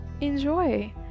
enjoy